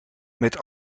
met